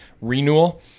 renewal